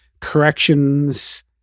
corrections